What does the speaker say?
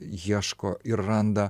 ieško ir randa